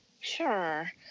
Sure